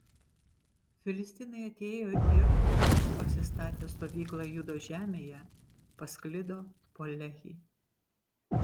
filistinai atėjo ir pasistatę stovyklą judo žemėje pasklido po lehį